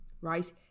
right